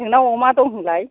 नोंनाव अमा दं होनलाय